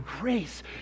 grace